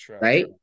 right